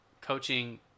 coaching